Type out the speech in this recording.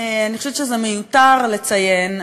אני חושבת שזה מיותר לציין,